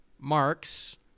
marks